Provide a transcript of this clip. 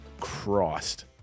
Christ